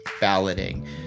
balloting